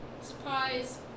surprise